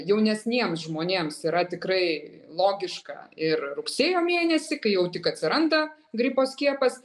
jaunesniems žmonėms yra tikrai logiška ir rugsėjo mėnesį kai jau tik atsiranda gripo skiepas